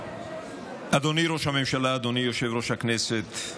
אדוני ראש הממשלה, אדוני יושב-ראש הכנסת,